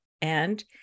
and-